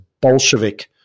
Bolshevik